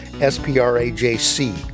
S-P-R-A-J-C